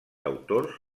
autors